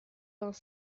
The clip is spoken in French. vingt